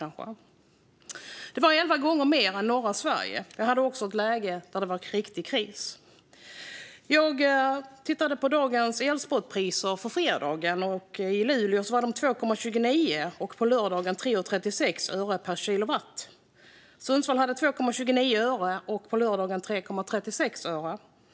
Kostnaderna var elva gånger så höga som i norra Sverige. Det fanns också ett läge då det var riktig kris. Jag tittade på fredagens elspotpriser. I Luleå var de 2,29 och på lördagen 3,36 öre per kilowattimme. I Sundsvall var de 2,29 öre och på lördagen 3,36 öre per kilowattimme.